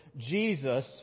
Jesus